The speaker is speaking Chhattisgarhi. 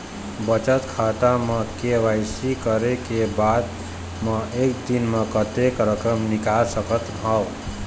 बचत खाता म के.वाई.सी करे के बाद म एक दिन म कतेक रकम निकाल सकत हव?